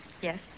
Yes